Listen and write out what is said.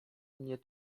mnie